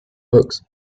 books